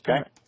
okay